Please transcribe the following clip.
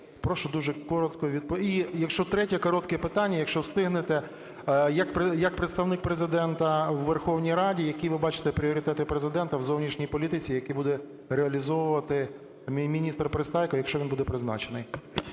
Прошу дуже коротко відповісти. І третє коротке питання, якщо встигнете. Як Представник Президента у Верховній Раді які ви бачите пріоритети Президента в зовнішній політиці, які буде реалізовувати міністр Пристайко, якщо він буде призначений?